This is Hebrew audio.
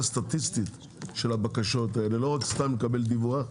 סטטיסטית של הבקשות האלה לא רק סתם נקבל דיווח,